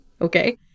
okay